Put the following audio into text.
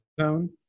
zone